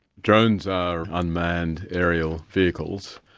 drones are unmanned aerial vehicles,